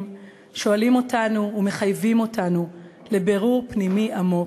שואלים אותנו ומחייבים אותנו לבירור פנימי עמוק,